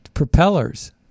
propellers